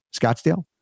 Scottsdale